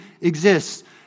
exists